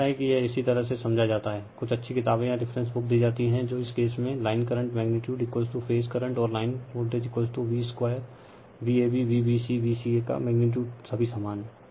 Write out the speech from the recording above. आशा है कि यह इसी तरह से समझा जाता हैं कुछ अच्छी किताबे या रिफरेन्स बुक दी जाती हैं तो इस केस में line current magnitude phase current और line voltage V square VabVbcVca का मैग्नीटीयूड सभी समान हैं